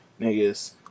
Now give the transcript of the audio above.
niggas